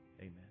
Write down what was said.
Amen